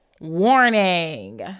Warning